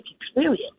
experience